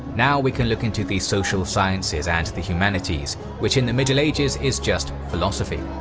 now we can look into the social sciences and the humanities, which in the middle ages is just philosophy.